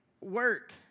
work